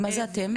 מה זה אתם?